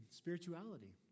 spirituality